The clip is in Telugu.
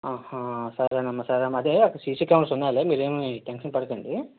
ఆహా సరేనమ్మా సరే అమ్మ అదే అక్కడ సీసీ కెమెరాస్ ఉన్నాయిలే మీరేమీ టెన్షన్ పడకండి